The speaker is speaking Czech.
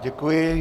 Děkuji.